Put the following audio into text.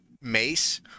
Mace